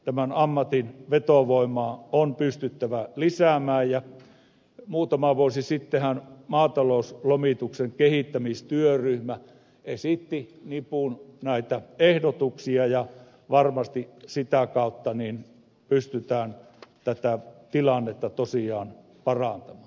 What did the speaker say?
tämän ammatin vetovoimaa on pystyttävä lisäämään ja muutama vuosi sittenhän maatalouslomituksen kehittämistyöryhmä esitti nipun näitä ehdotuksia ja varmasti sitä kautta pystytään tätä tilannetta tosiaan parantamaan